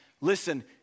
listen